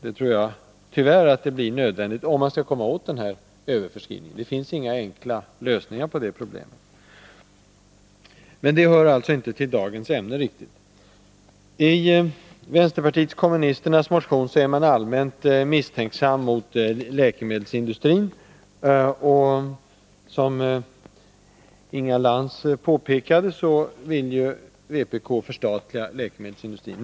Jag tror tyvärr att det blir nödvändigt, om man skall komma åt överförskrivningen. Det finns inga enkla lösningar på det problemet. Men det hör alltså inte riktigt till dagens ämne. Vänsterpartiet kommunisterna är i sin motion allmänt misstänksamma mot läkemedelsindustrin. Som Inga Lantz påpekade vill vpk förstatliga läkemedelsindustrin.